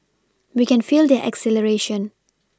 we can feel their exhilaration